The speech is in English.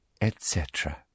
etc